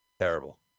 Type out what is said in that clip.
Terrible